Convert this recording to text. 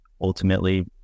ultimately